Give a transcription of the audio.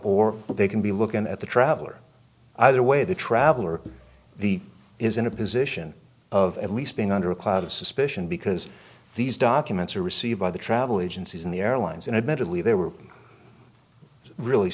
or they can be looking at the traveler either way the travel or the is in a position of at least being under a cloud of suspicion because these documents are received by the travel agencies in the airlines and admittedly they were really